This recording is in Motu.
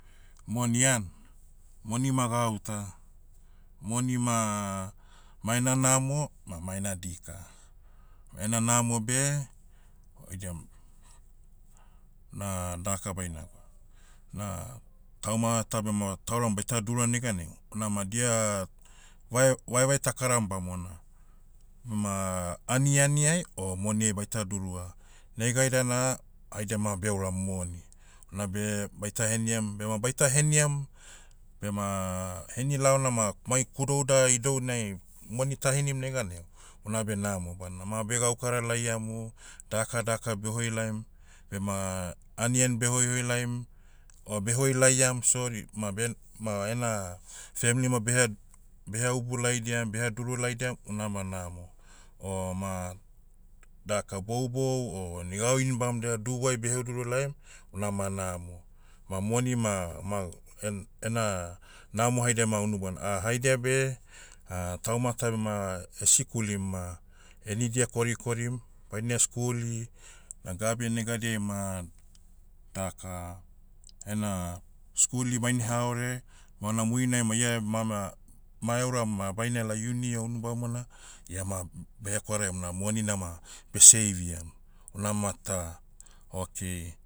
Moni an. Moni ma gauta. Moni ma, maena namo ma maena dika. Ena namo beh, oidiam, na daka baina gwa, na tauma ta bema tauram baita durua neganai, unama dia, vae- vaevae takaram bamona. Bema, anianiai o moniai baita durua. Negaida na, haidia ma beuram moni. Unabe, baita heniam, bema baita heniam, bema, henilaona ma mai kudouda idounai moni tahenim neganai, unabe namo bana ma begaukara laiamu, daka daka behoi laim. Bema, anian behoihoi laim, o behoi laiam sori ma ben- ma ena, femli ma beha- beha ubu laidiam beha duru laidiam, unama namo. O ma, daka boubou o ni gauin bamdia dubuai beheduru laim, unama namo. Ma moni ma- ma en- ena, namo haidia ma unu bana. Ah haidia beh, tauma ta bema esikulim ma, enidia korikorim, baine skuli, na gabe negadiai ma, daka, ena, skuli baineha ore, ma una murinai ma ia emama- ma euram ma bainela iuni o unu bamona, ia ma, behekwaraim una moni nama, beseiviam. Una ma ta. Okay,